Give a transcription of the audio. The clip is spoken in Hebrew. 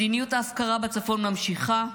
מדיניות ההפקרה בצפון נמשכת,